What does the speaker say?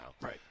Right